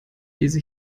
lese